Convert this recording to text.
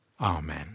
Amen